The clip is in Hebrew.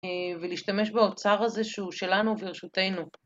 ולהשתמש באוצר הזה שהוא שלנו וברשותנו.